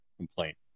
complaint